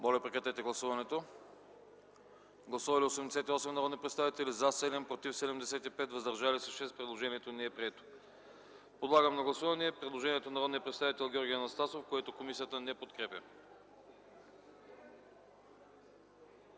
което комисията не подкрепя. Гласували 88 народни представители: за 7, против 75, въздържали се 6. Предложението не е прието. Подлагам на гласуване предложението на народния представител Георги Анастасов, което комисията не подкрепя.